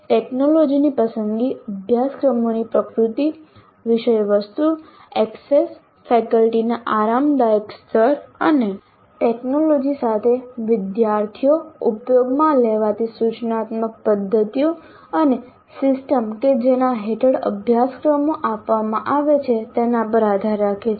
ટેકનોલોજીની પસંદગી અભ્યાસક્રમોની પ્રકૃતિ વિષયવસ્તુ એક્સેસ ફેકલ્ટીના આરામદાયક સ્તર અને ટેકનોલોજી સાથે વિદ્યાર્થીઓ ઉપયોગમાં લેવાતી સૂચનાત્મક પદ્ધતિઓ અને સિસ્ટમ કે જેના હેઠળ અભ્યાસક્રમો આપવામાં આવે છે તેના પર આધાર રાખે છે